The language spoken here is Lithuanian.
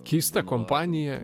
keista kompanija